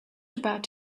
about